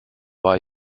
war